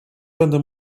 będę